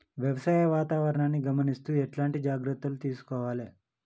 వ్యవసాయ వాతావరణాన్ని గమనిస్తూ ఎట్లాంటి జాగ్రత్తలు తీసుకోవాలే?